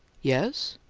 yes?